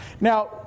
Now